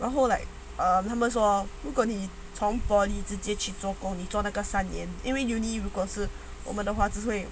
然后 like um 他们说如果你从 polytechnic 直接去做工你做那个三年因为 university 如果是我们的话就会